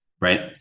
Right